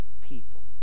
people